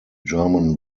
german